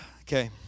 Okay